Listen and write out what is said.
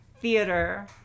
theater